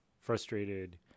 frustrated